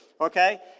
Okay